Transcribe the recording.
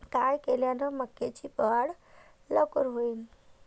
काय केल्यान मक्याची वाढ लवकर होईन?